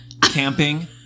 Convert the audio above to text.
Camping